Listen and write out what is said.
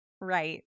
Right